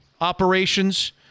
operations